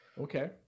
Okay